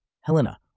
Helena